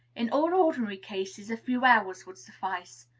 in all ordinary cases a few hours would suffice.